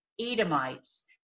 Edomites